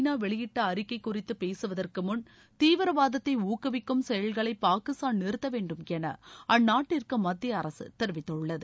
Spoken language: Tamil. நா வெளியிட்ட அறிக்கை குறித்து பேகவதற்கு முன் தீவிரவாதத்தை ஊக்குவிக்கும் செயல்களை பாகிஸ்தான் நிறுத்த வேண்டும் என அந்நாட்டிற்கு மத்திய அரக தெரிவித்துள்ளது